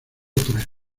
tres